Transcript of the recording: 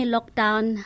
Lockdown